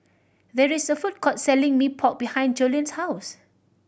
there is a food court selling Mee Pok behind Jolene's house